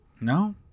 No